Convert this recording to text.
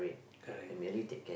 correct